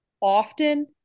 often